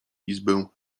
izbę